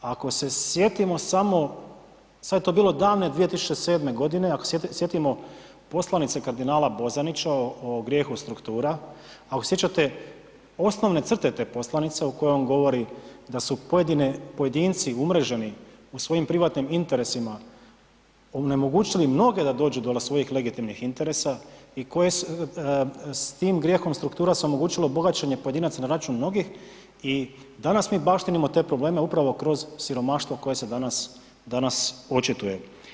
Ako se sjetimo samo, sve je to bilo davne 2007.g., ako se sjetimo poslanice kardinala Bozanića o grijehu struktura, ako se sjećate osnovne crte te poslanice u kojoj on govori da su pojedine, pojedinci umreženi u svojim privatnim interesima onemogućili mnoge da dođu do svojih legitimnih interesa i koje s tim grijehom struktura se omogućilo bogaćenje pojedinaca na račun mnogih i danas mi baštinimo te probleme upravo kroz siromaštvo koje se danas, danas očituje.